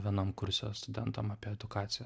vienam kurse studentam apie edukaciją